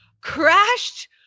crashed